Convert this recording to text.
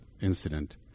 incident